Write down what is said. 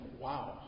wow